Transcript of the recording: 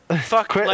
Fuck